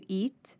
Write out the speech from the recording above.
eat